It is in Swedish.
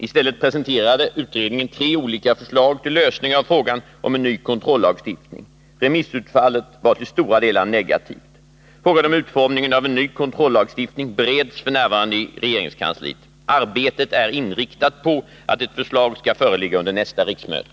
I stället presenterade utredningen tre olika förslag till lösning av frågan om en ny kontrollagstiftning. Remissutfallet var till stora delar negativt. Frågan om utformningen av en ny kontrollagstiftning bereds f.n. i regeringskansliet. Arbetet är inriktat på att ett förslag skall föreligga under nästa riksmöte.